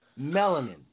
Melanin